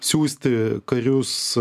siųsti karius